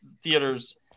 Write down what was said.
theaters